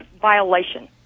violation